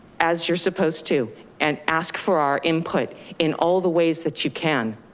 as you're supposed to and ask for our input in all the ways that you can.